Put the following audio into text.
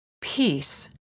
peace